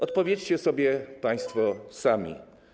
Odpowiedzcie sobie państwo sami.